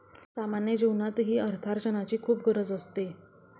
सामान्य जीवनातही अर्थार्जनाची खूप गरज असते